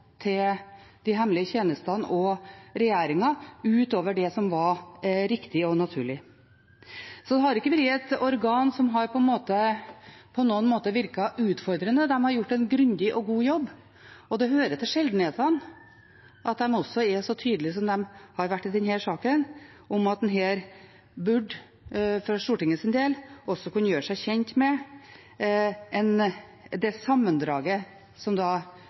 til de hemmelige tjenestene eller regjeringen, utover det som var riktig og naturlig. Det har ikke vært et organ som på noen måte har virket utfordrende. De har gjort en grundig og god jobb, og det hører til sjeldenhetene at de også er så tydelige som de har vært i denne saken, om at en her for Stortingets del også burde kunne gjøre seg kjent med det sammendraget som